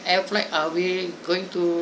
air flight are we going to